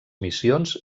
missions